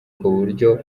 kuburyo